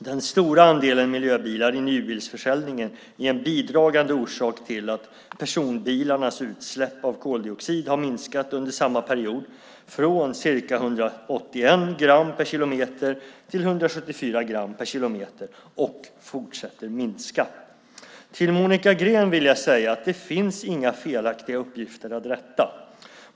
Den stora andelen miljöbilar i nybilsförsäljningen är en bidragande orsak till att personbilarnas utsläpp av koldioxid har minskat under samma period från ca 181 gram per kilometer till 174 gram per kilometer och fortsätter att minska. Till Monica Green vill jag säga att det finns inga felaktiga uppgifter att rätta.